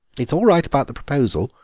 it's all right about the proposal,